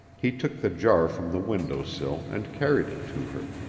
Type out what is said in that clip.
he took the jar from the window sill and carried it to her.